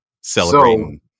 Celebrating